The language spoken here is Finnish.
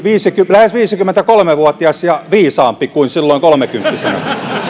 lähes viisikymmentäkolme vuotias ja viisaampi kuin silloin kolmekymppisenä